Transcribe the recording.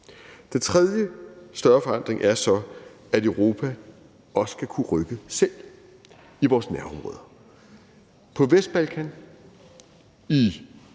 Den tredje større forandring er så, at Europa også skal kunne rykke selv i vores nærområder. På Vestbalkan, i